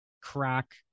Crack